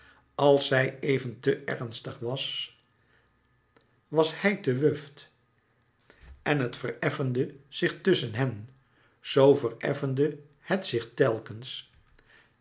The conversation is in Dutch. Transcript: als zij even te ernstig was was hij te wuft en het vereffende zich tusschen hen zoo vereffende het zich telkens